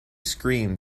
screamed